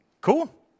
Cool